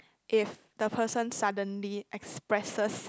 if the person suddenly expresses